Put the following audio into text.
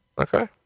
Okay